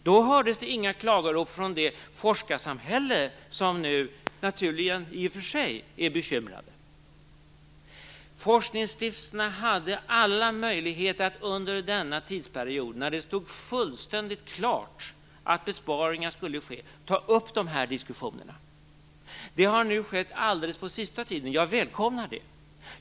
Då hördes det inga klagorop från det forskarsamhälle som nu, i och för naturligen, är bekymrat. Forskningsstiftelserna hade alla möjligheter att under denna tidsperiod, när det stod fullständigt klart att besparingar skulle ske, ta upp diskussionen. Det har nu skett alldeles på sista tiden, och jag välkomnar det.